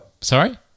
Sorry